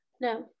No